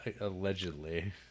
Allegedly